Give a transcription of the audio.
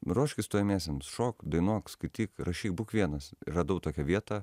ruoškis stojamiesiems šok dainuok skaityk rašyk būk vienasir radau tokią vietą